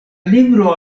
libro